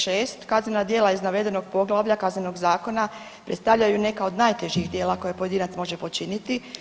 6. kaznena djela iz navedenog poglavlja Kaznenog zakona predstavljaju neka od najtežih djela koje pojedinac može počiniti.